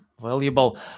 valuable